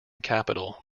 capital